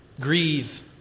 Grieve